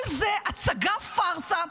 כל זה הצגת פארסה,